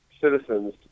citizens